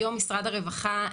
היום במשרד הרווחה,